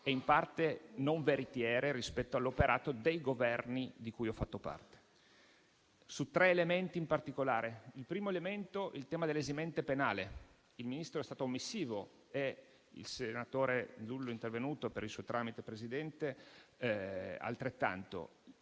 e in parte non veritiere rispetto all'operato dei governi di cui ho fatto parte. Mi soffermo su tre elementi in particolare. Il primo elemento è il tema dell'esimente penale. Il Ministro è stato omissivo e il senatore Zullo è intervenuto, per il suo tramite, Presidente, altrettanto.